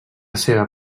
seva